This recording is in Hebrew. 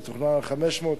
זה תוכנן ל-500,